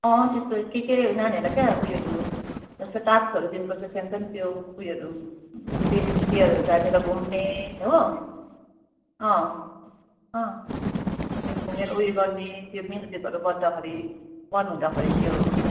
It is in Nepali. अँ त्यस्तो के के नानीहरूलाई क्या उयोहरू जस्तो टाक्सहरू दिनुपर्छ सानो सानो त्यो उयोहरू बेन्च चियरहरू राखेर घुम्ने हो अँ अँ त्यो घुमेर उयो गर्ने त्यो म्युजिकहरू बझ्दाखेरि बन्द हुँदाखेरि त्यो